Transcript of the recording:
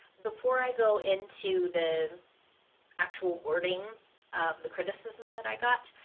before i go into the actual wording of the criticism that i got,